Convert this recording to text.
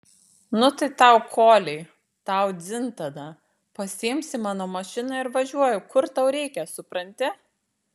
nu tai tau koliai tau dzin tada pasiimsi mano mašiną ir važiuoji kur tau reikia supranti